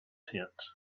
tent